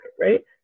right